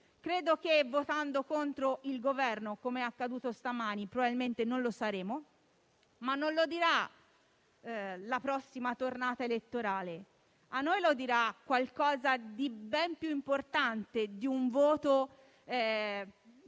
Credo che votando contro il Governo, com'è accaduto stamani, probabilmente non lo saremo, ma non lo dirà la prossima tornata elettorale. A noi lo dirà qualcosa di ben più importante di un voto